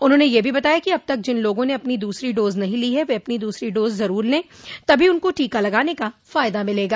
उन्होंने बताया कि अब तक जिन लोगों ने अपनी द्रसरी डोज नहीं ली है वे अपनी दूसरी डोज जरूर ले तभी उनको टीका लगाने का फायदा मिलेगा